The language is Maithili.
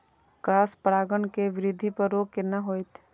क्रॉस परागण के वृद्धि पर रोक केना होयत?